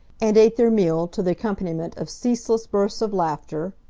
and ate their meal to the accompaniment of ceaseless bursts of laughter,